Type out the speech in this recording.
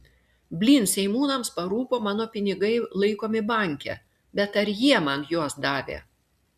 blyn seimūnams parūpo mano pinigai laikomi banke bet ar jie man juos davė